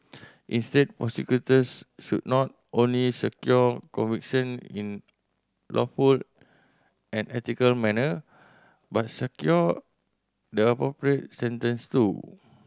instead prosecutors should not only secure conviction in lawful and ethical manner but secure the appropriate sentence too